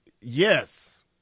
Yes